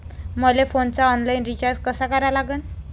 मले फोनचा online recharge कसा करा लागन?